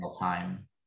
time